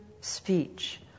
speech